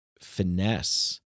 finesse